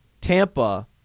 Tampa